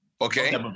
Okay